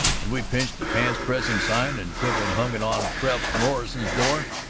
and we pinched the pants-pressing sign and took and hung it on prof. morrison's door?